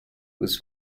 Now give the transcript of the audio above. whose